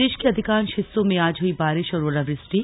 प्रदेश के अधिकांश हिस्सों में आज हुई बारिश और ओलावृष्टि